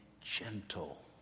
gentle